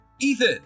Ethan